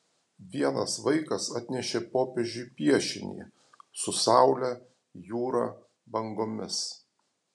vienas vaikas atnešė popiežiui piešinį su saule jūra bangomis